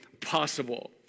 possible